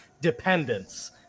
dependence